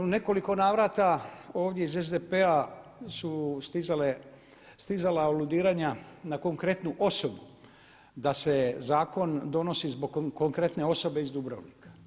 U nekoliko navrata ovdje iz SDP-a su stizala aludiranja na konkretnu osobu, da se zakon donosi zbog konkretne osobe iz Dubrovnika.